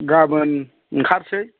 गाबोन ओंखारसै